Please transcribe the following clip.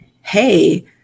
Hey